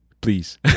Please